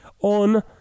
on